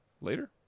Later